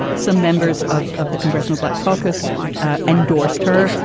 some members of of the congressional black caucus endorsed her.